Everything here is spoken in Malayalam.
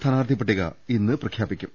സ്ഥാനാർഥിപട്ടിക ഇന്ന് പ്രഖ്യാപിക്കും